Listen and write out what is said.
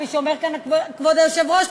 כפי שאומר כאן כבוד היושב-ראש,